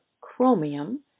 chromium